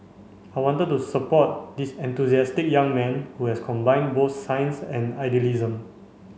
I wanted to support this enthusiastic young man who has combined both science and idealism